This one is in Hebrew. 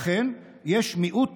אכן, יש מיעוט